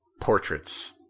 portraits